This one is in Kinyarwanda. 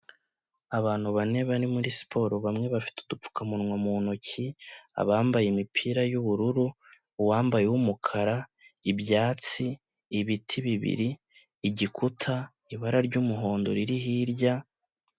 Abantu bane bari muri siporo bamwe bafite udupfukamunwa mu ntoki, abambaye imipira y'ubururu, uwambaye uw'umukara, ibyatsi, ibiti bibiri, igikuta, ibara ry'umuhondo riri hirya.